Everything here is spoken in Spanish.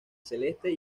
celeste